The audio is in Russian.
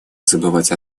забывать